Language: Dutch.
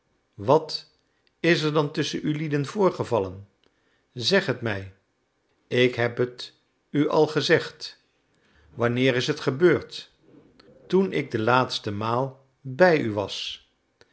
wat is dan tusschen ulieden voorgevallen zeg het mij ik heb het u al gezegd wanneer is dat gebeurd toen ik de laatste maal bij u was